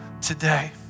today